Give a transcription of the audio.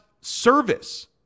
service